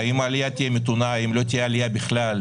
האם העלייה תהיה מתונה או האם לא תהיה עלייה בכלל?